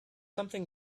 something